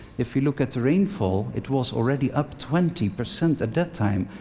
if you look at rainfall, it was already up twenty percent at that time.